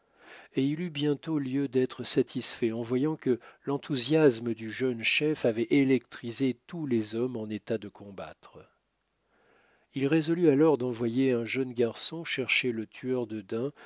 et il eut bientôt lieu d'être satisfait en voyant que l'enthousiasme du jeune chef avait électrisé tous les hommes en état de combattre il résolut alors d'envoyer un jeune garçon chercher le tueur de daims